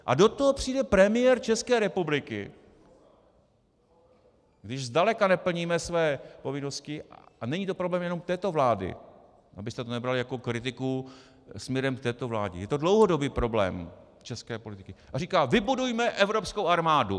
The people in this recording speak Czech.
A do toho přijde premiér České republiky, když zdaleka neplníme své povinnosti, a není to problém jenom této vlády, abyste to nebrali jako kritiku směrem k této vládě, je to dlouhodobý problém České republiky, a říká: Vybudujme evropskou armádu!